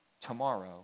tomorrow